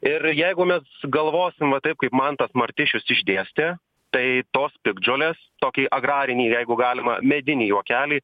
ir jeigu mes sugalvosim va taip kaip mantas martišius išdėstė tai tos piktžolės tokiai agrarinei jeigu galima medinį juokelį